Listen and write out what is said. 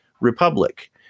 republic